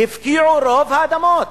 הפקיעו את רוב האדמות.